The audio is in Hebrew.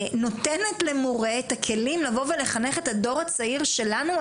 נותנת למורה את הכלים לחנך את הדור הצעיר שלנו,